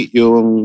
yung